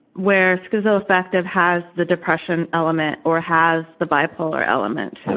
where schizoaffective has the depression element or has the bipolar element